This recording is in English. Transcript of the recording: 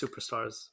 superstars